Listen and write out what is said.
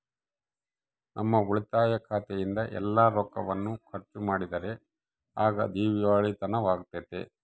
ನಮ್ಮ ಉಳಿತಾಯ ಖಾತೆಯಿಂದ ಎಲ್ಲ ರೊಕ್ಕವನ್ನು ಖರ್ಚು ಮಾಡಿದರೆ ಆಗ ದಿವಾಳಿತನವಾಗ್ತತೆ